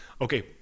okay